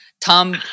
Tom